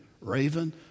raven